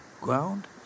Ground